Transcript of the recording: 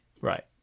right